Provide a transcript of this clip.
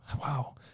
wow